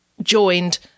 joined